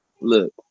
look